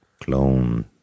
Clone